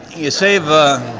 you save